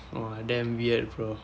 !wah! damn weird bro